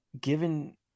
given